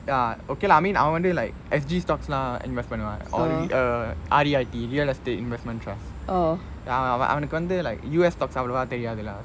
ah okay lah I mean அவன் வந்து:avan vanthu like S_G stocks invest பன்னுவான்:pannuvaan oh like the R_E_I_T real estate investment trust அவனுக்கு வந்து:avanukku vanthu like U_S stocks அவ்வளவா தெறியாது:avallavaa theriyaathu lah